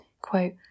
quote